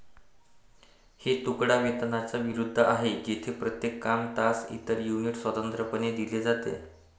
हे तुकडा वेतनाच्या विरुद्ध आहे, जेथे प्रत्येक काम, तास, इतर युनिट स्वतंत्रपणे दिले जाते